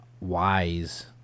wise